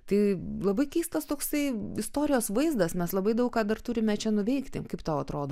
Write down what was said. tai labai keistas toksai istorijos vaizdas mes labai daug ką dar turime čia nuveikti kaip tau atrodo